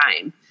time